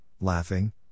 laughing